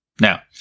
Now